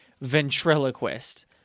ventriloquist